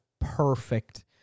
perfect